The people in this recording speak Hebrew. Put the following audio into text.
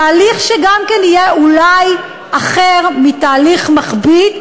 תהליך שגם כן יהיה אולי אחר מתהליך מכביד,